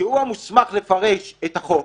שהוא המוסמך לפרש את החוק,